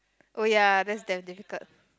oh ya that's damn difficult